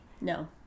No